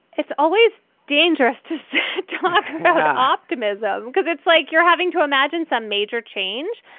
it's always dangerous to talk optimism because it's like you're having to imagine some major change.